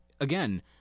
again